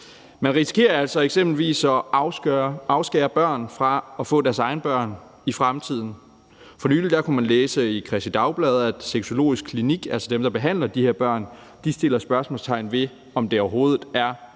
Man risikerer altså eksempelvis at afskære børn fra at få deres egne børn i fremtiden. For nylig kunne man læse i Kristeligt Dagblad, at Sexologisk Klinik – altså dem, der behandler de her børn – sætter spørgsmålstegn ved, om det overhovedet er lægefagligt